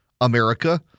America